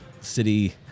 city